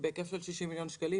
בהיקף של 60 מיליון שקלים,